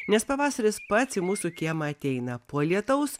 nes pavasaris pats į mūsų kiemą ateina po lietaus